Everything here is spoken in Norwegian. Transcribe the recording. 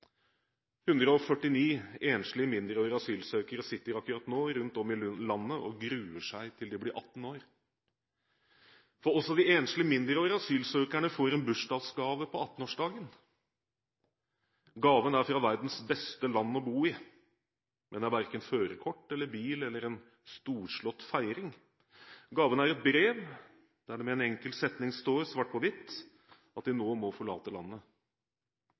149 enslige mindreårige asylsøkere sitter akkurat nå rundt om i landet og gruer seg til de blir 18 år, for også de enslige mindreårige asylsøkerne får en bursdagsgave på 18-årsdagen. Gaven er fra verdens beste land å bo i, men er verken førerkort, bil eller en storslått feiring. Gaven er et brev, der det med en enkelt setning står svart på hvitt at de nå må forlate landet.